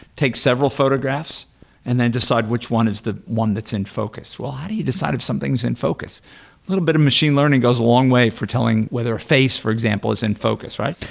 take several photographs and then decide which one is one that's in focus. well, how do you decide if something's in focus? a little bit of machine learning goes a long way for telling whether a face for example, is in focus, right?